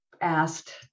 asked